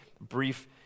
brief